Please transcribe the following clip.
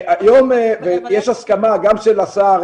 יש הסכמה גם של השר